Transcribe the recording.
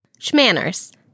Schmanners